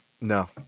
No